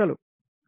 కాబట్టి ఇది 1